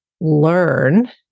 learn